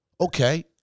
okay